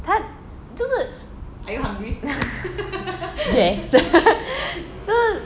他就是 yes 就是